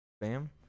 Bam